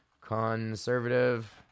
Conservative